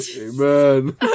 amen